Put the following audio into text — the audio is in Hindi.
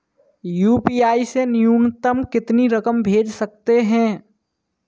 यू.पी.आई से न्यूनतम कितनी रकम भेज सकते हैं?